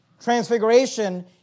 transfiguration